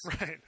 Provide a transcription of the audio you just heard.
Right